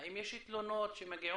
האם יש תלונות שמגיעות